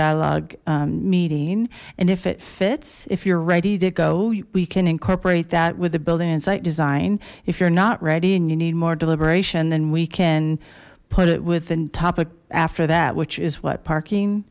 dialogue meeting and if it fits if you're ready to go we can incorporate that with the building and site design if you're not ready and you need more deliberation then we can put it within topic after that which is what parking